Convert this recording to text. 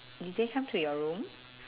did they come to your room